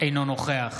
אינו נוכח